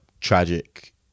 tragic